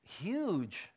huge